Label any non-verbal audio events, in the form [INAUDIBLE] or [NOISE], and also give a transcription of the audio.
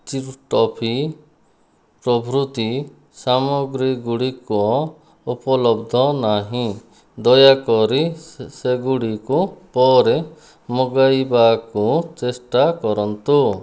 [UNINTELLIGIBLE] toffee ପ୍ରଭୃତି ସାମଗ୍ରୀଗୁଡ଼ିକ ଉପଲବ୍ଧ ନାହିଁ ଦୟାକରି ସେଗୁଡ଼ିକୁ ପରେ ମଗାଇବାକୁ ଚେଷ୍ଟା କରନ୍ତୁ